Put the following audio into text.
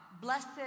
Blessed